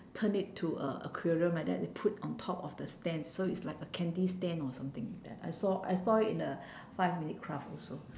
turn it to a aquarium like they put on top of the stand so it's like a candy stand or something like that I saw I saw it in a five minute craft also